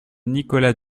nicolas